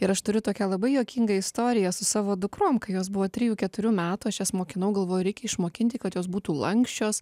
ir aš turiu tokią labai juokingą istoriją su savo dukrom kai jos buvo trijų keturių metų aš jas mokinau galvoju reikia išmokinti kad jos būtų lanksčios